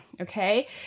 okay